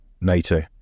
NATO